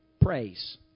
Praise